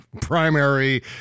primary